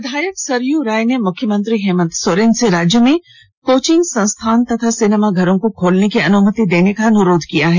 विधायक सरयू राय ने मुख्यमंत्री हेमंत सोरेन से राज्य में कोचिंग संस्थान तथा सिनेमा घरों को खोलने की अनुमति देने का अनुरोध किया है